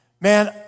Man